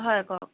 হয় কওক